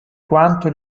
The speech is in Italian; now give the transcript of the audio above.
quanto